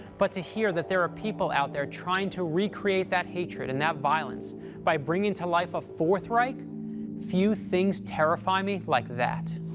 but to hear that there are people out there trying to re-create that hatred and that violence by bringing to life a fourth reich few things terrify me like that.